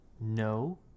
No